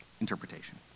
interpretation